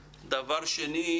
שנית,